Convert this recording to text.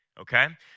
Okay